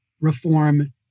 reform